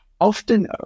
Often